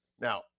now